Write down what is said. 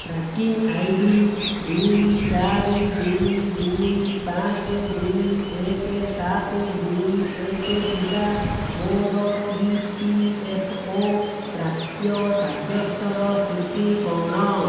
tracking I D ଦୁଇ ଚାରି ଦୁଇ ଦୁଇ ପାଞ୍ଚ ଦୁଇ ଏକ ସାତ ଦୁଇ ଏକ ଥିବା ମୋର ଇ ପି ଏଫ୍ ଓ ପ୍ରାପ୍ୟ ସାବ୍ୟସ୍ତର ସ୍ଥିତି କ'ଣ